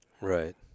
right